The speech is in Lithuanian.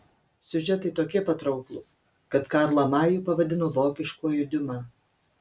siužetai tokie patrauklūs kad karlą majų pavadino vokiškuoju diuma